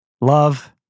love